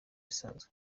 isanzwe